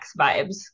vibes